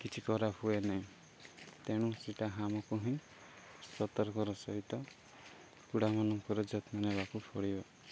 କିଛି ଖରାପ ହୁଏ ନାହିଁ ତେଣୁ ସେଇଟା ଆମକୁ ହିଁ ସତର୍କର ସହିତ କୁକୁଡ଼ାମାନଙ୍କର ଯତ୍ନ ନେବାକୁ ପଡ଼ିବ